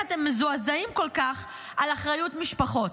איך אתה מזועזעים כל כך על אחריות משפחות?